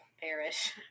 perish